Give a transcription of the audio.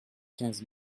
quinze